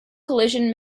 collision